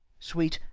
sweet,